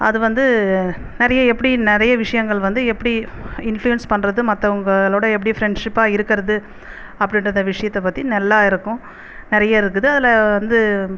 அது வந்து நிறைய எப்படி நிறைய விஷயங்கள் வந்து எப்படி இன்ஃப்ளூயன்ஸ் பண்ணுறது மற்றவங்களோட எப்படி ஃப்ரெண்ட்ஷிப்பாக இருக்கிறது அப்படின்றத விஷயத்தை பற்றி நல்லா இருக்கும் நிறைய இருக்குது அதில் வந்து